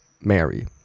Mary